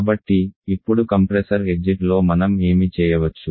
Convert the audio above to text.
కాబట్టి ఇప్పుడు compressor exit లో మనం ఏమి చేయవచ్చు